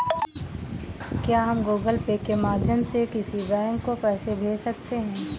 क्या हम Google Pay के माध्यम से किसी बैंक को पैसे भेज सकते हैं?